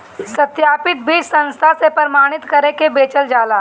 सत्यापित बीज संस्था से प्रमाणित करके बेचल जाला